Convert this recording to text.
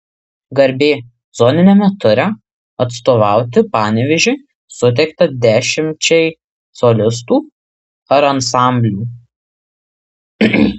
garbė zoniniame ture atstovauti panevėžiui suteikta dešimčiai solistų ar ansamblių